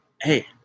hey